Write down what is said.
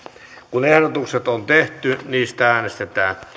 kun ehdotukset on tehty niistä äänestetään